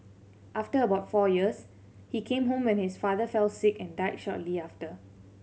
after about four years he came home when his father fell sick and died shortly after